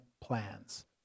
plans